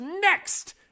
next